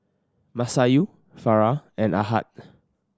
Masayu Farah and Ahad